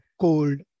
cold